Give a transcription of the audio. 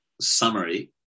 summary